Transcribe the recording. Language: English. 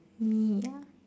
hmm ya